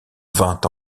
vingt